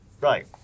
Right